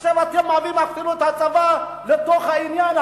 עכשיו אתם מכניסים את הצבא לתוך העניין,